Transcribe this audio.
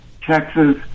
Texas